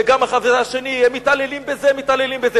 וגם השני: מתעללים בזה, מתעללים בזה.